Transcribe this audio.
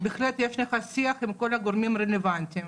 בהחלט יש לך שיח עם כל הגורמים הרלוונטיים.